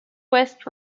west